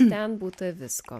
net būta visko